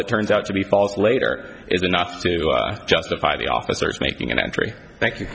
that turns out to be false later is enough to justify the officers making an entry thank you